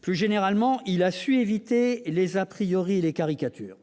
Plus généralement, il a su éviter les et les caricatures.